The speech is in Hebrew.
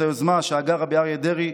את היוזמה שהגה רבי אריה דרעי,